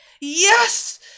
Yes